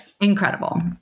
Incredible